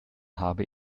habe